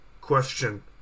question